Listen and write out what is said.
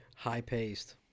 High-paced